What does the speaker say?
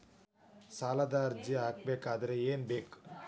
ಸಾಲದ ಅರ್ಜಿ ಹಾಕಬೇಕಾದರೆ ಏನು ಬೇಕು?